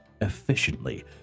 efficiently